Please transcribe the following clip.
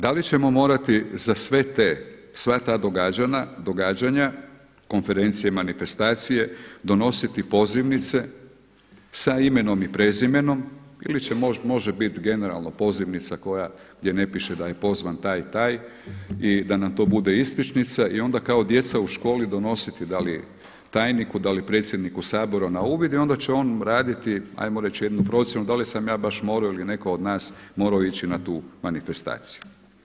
Da li ćemo morati za sve te, sva ta događanja, konferencije i manifestacije donositi pozivnice sa imenom i prezimenom ili može biti generalno pozivnica koja gdje ne piše da je pozvan taj i taj i da nam to bude ispričnica i onda kao djeca u školi donositi da li tajniku, da li predsjedniku Sabora na uvid i onda će on raditi ajmo reći jednu procjenu dali sam ja baš morao ili netko od nas morao ići na tu manifestaciju.